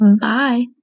Bye